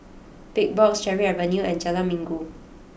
Big Box Cherry Avenue and Jalan Minggu